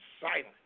silent